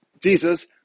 Jesus